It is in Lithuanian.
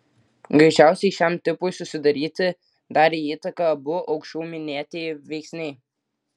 greičiausiai šiam tipui susidaryti darė įtaką abu aukščiau minėtieji veiksniai